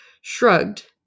shrugged